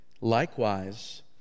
Likewise